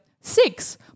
Six